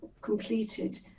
completed